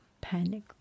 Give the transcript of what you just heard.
panic